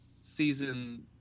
Season